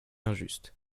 injuste